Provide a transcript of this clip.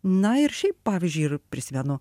na ir šiaip pavyzdžiui ir prisimenu